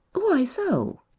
why so?